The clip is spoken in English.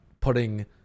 putting